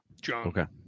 John